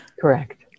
Correct